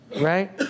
right